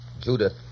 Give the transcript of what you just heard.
Judith